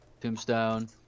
tombstone